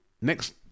next